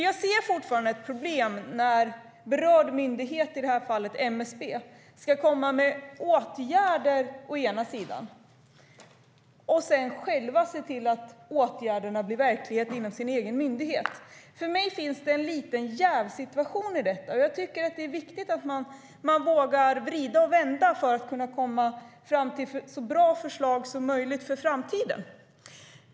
Jag ser fortfarande ett problem när berörd myndighet, i det här fallet MSB, först ska föreslå åtgärder och sedan själva se till att åtgärderna blir verklighet inom deras egen myndighet. För mig finns det en liten jävssituation i detta. Jag tycker att det är viktigt att man vågar vrida och vända på detta för att kunna komma fram till så bra förslag som möjligt för framtiden.